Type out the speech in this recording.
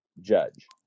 judge